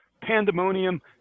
Pandemonium